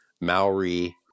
Maori